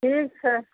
ठीक छै